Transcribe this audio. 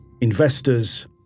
investors